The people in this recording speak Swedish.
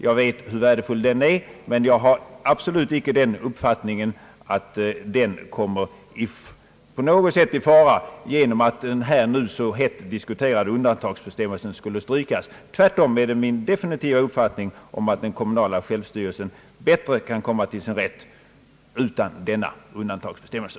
Jag vet hur värdefull den är, men jag har absolut inte den uppfattningen att den på något sätt kommer i fara genom att den här nu så hett diskuterade undantagsbestämmelsen skulle strykas. Tvärtom är det min definitiva uppfattning att den kommunala självstyrelsen bättre kan komma till sin rätt utan denna undantagsbestämmelse.